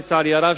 לצערי הרב,